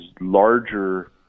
larger